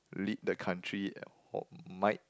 lead the country or might